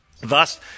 Thus